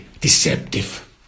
deceptive